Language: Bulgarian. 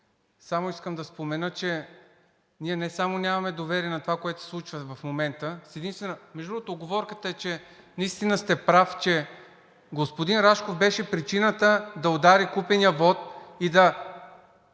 Само искам да спомена, че ние не само нямаме доверие на това, което се случва в момента... Между другото, уговорката е, че наистина сте прав, че господин Рашков беше причината да удари купения вот и да